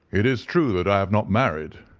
it is true that i have not married,